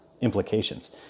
implications